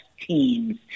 teams